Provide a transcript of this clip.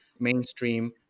mainstream